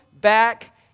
back